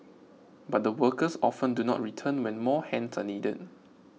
but the workers often do not return when more hands are needed